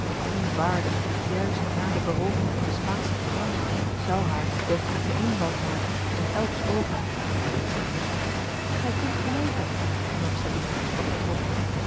hoe waardig juist na de berooving van den spaanschen tiran zou haar deftigen eenvoud maken in elks oogen gij kunt gelijk hebben hernam sabina wat getroffen